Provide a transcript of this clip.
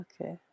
okay